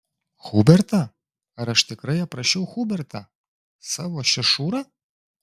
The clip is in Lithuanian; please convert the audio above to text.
hubertą ar aš tikrai aprašiau hubertą savo šešurą